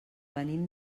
venim